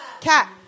cat